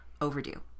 overdue